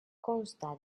consta